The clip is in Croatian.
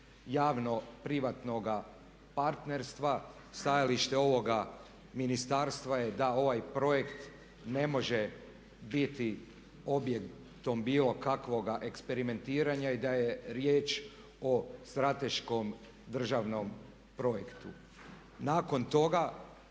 javno-privatnog partnerstva. Stajalište ovog ministarstva je da ovaj projekt ne može biti objektom bilo kakvog eksperimentiranja i da je riječ o strateškom državnom projektu. Nakon toga